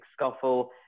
scuffle